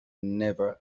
never